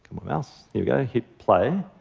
um um else yeah ok. hit play.